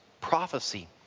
prophecy